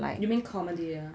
you mean comedy ah